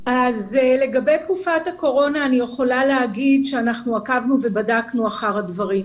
לגבי תקופת הקורונה אני יכולה לומר שאנחנו עקבנו ובדקנו את הדברים.